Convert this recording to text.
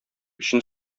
өчен